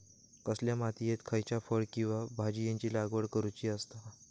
कसल्या मातीयेत खयच्या फळ किंवा भाजीयेंची लागवड करुची असता?